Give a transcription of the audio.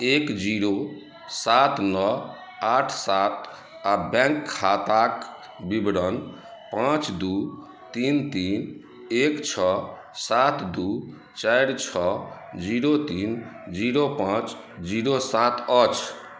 एक जीरो सात नओ आठ सात आ बैंक खाताक विवरण पाँच दू तीन तीन एक छओ सात दू चारि छओ जीरो तीन जीरो पाँच जीरो सात अछि